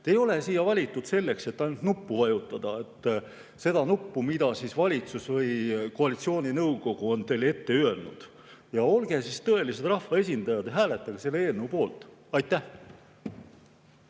Te ei ole siia valitud selleks, et ainult nuppu vajutada, seda nuppu, mida valitsus või koalitsiooninõukogu on teile ette öelnud. Olge tõelised rahva esindajad ja hääletage selle eelnõu poolt. Aitäh!